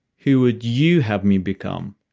who would you have me become,